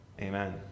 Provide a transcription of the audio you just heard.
Amen